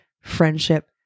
friendship